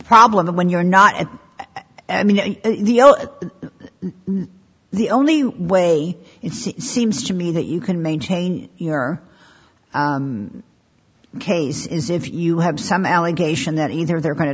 problem when you're not at and the only way it seems to me that you can maintain your case is if you have some allegation that either they're going to